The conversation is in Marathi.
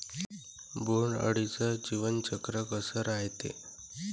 बोंड अळीचं जीवनचक्र कस रायते?